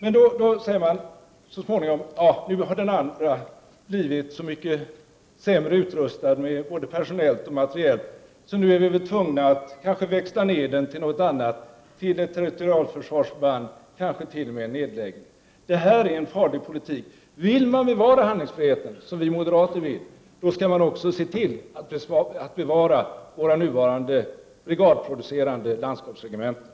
Då säger man så småningom: Nu har den andra blivit så mycket sämre utrustad både personellt och materiellt att vi nu är tvungna att kanske växla ned den till något annat, till ett territorialförsvarsförband eller kanske t.o.m. lägga ned den. Det här är en farlig politik. Vill man bevara handlingsfriheten, som vi moderater vill, då skall man också se till att bevara våra nuvarande brigadproducerande landskapsregementen.